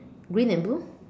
green and blue